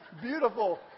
beautiful